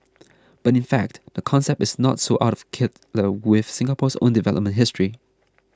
but in fact the concept is not so out of kilter with Singapore's own development history